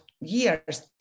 years